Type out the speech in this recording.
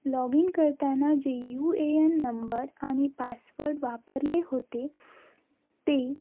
log in करताना जे U A N number आणि पासवर्ड वापरले होते ते